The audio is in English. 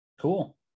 cool